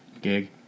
gig